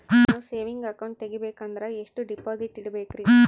ನಾನು saving account ತೆಗಿಬೇಕಂದರ ಎಷ್ಟು ಡಿಪಾಸಿಟ್ ಇಡಬೇಕ್ರಿ?